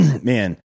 Man